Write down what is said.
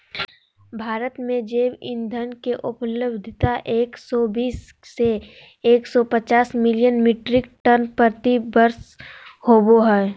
भारत में जैव ईंधन के उपलब्धता एक सौ बीस से एक सौ पचास मिलियन मिट्रिक टन प्रति वर्ष होबो हई